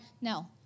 No